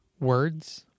words